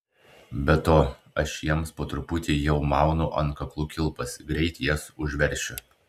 be to aš jiems po truputį jau maunu ant kaklų kilpas greit jas užveršiu